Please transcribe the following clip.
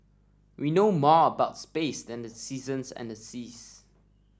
we know more about space than the seasons and the seas